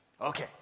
Okay